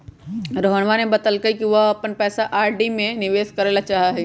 रोहनवा ने बतल कई कि वह अपन पैसा आर.डी में निवेश करे ला चाहाह हई